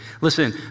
Listen